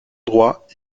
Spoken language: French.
droit